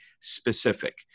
specific